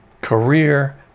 career